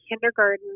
kindergarten